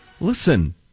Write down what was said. listen